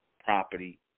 property